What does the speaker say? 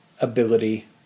ability